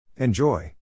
Enjoy